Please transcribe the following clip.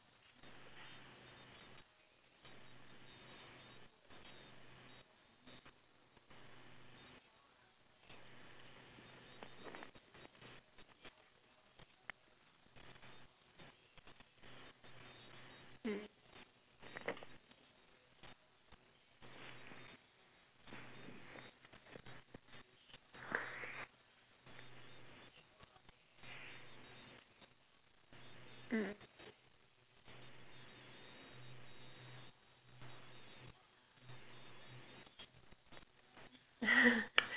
mm mm